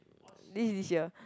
this is this year